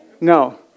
No